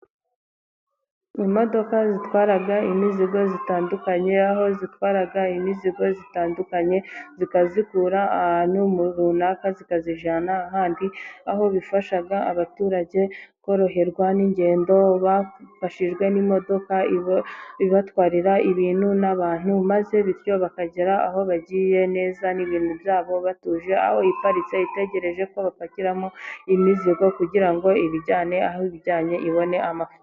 Imodoka zitwara imizigo itandukanye, aho zitwara imizigo itandukanye, zikayikura ahantu runaka zikayijyana ahandi, aho bifasha abaturage koroherwa n'ingendo, bafashijwe n'imodoka ibatwarira ibintu n'abantu, maze bityo bakagera aho bagiye neza n'ibintu byabo batuje, aho iparitse itegereje ko bapakiramo imizigo kugira ngo ibajyane aho ibijyanye ibone amafaranga.